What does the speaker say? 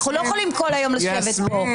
אנחנו לא יכולים כל היום לשבת כאן.